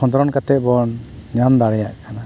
ᱠᱷᱚᱸᱫᱽᱨᱚᱸᱫᱽ ᱠᱟᱛᱮ ᱵᱚᱱ ᱧᱟᱢ ᱫᱟᱲᱮᱭᱟᱜ ᱠᱟᱱᱟ